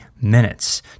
minutes